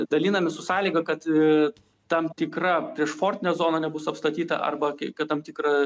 dalinami su sąlyga kad tam tikra priešfortinė zona nebus apstatyta arba kad tam tikra